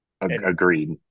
agreed